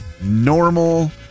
normal